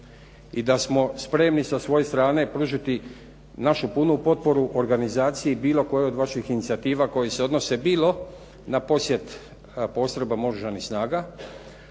i da smo spremni sa svoje strane pružiti našu punu potporu organizaciji bilo kojih od vaših inicijativa koji se odnose bilo na posjet postrojbama Oružanih snaga.